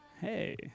Hey